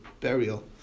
burial